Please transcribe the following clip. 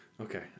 okay